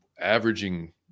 averaging